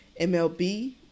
MLB